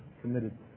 committed